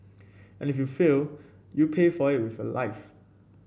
and if you fail you pay for it with your life